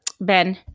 Ben